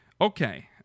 Okay